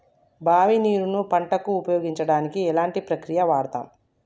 బావి నీరు ను పంట కు ఉపయోగించడానికి ఎలాంటి ప్రక్రియ వాడుతం?